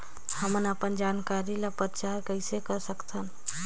हमन अपन जानकारी ल प्रचार कइसे कर सकथन?